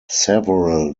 several